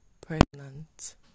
pregnant